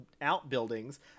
outbuildings